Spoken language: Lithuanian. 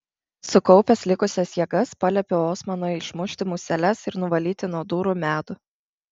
sukaupęs likusias jėgas paliepiau osmanui išmušti museles ir nuvalyti nuo durų medų